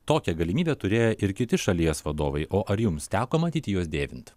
tokią galimybę turėjo ir kiti šalies vadovai o ar jums teko matyti juos dėvint